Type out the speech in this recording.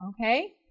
Okay